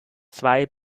zwei